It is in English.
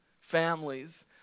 families